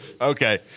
Okay